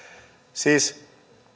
siis